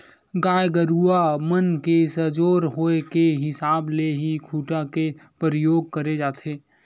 गाय गरुवा मन के सजोर होय के हिसाब ले ही खूटा के परियोग करे जाथे